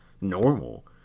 normal